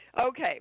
okay